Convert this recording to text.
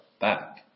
back